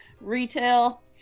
retail